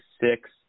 six